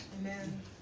Amen